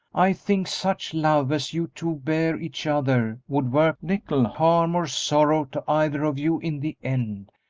i think such love as you two bear each other would work little harm or sorrow to either of you in the end,